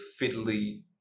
fiddly